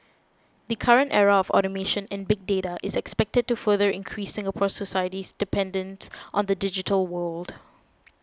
the current era of automation and big data is expected to further increase Singapore society's dependence on the digital world